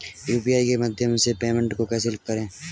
UPI के माध्यम से पेमेंट को कैसे करें?